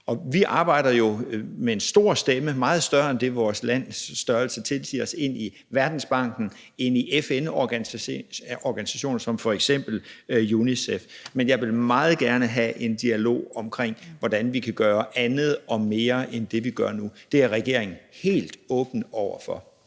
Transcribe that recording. vi arbejder jo med en stor stemme, meget større, end vores lands størrelse tilsiger, ind i Verdensbanken, ind i FN-organisationer som f.eks. UNICEF. Men jeg vil meget gerne have en dialog om, hvordan vi kan gøre andet og mere end det, vi gør nu. Det er regeringen helt åben over for.